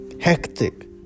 hectic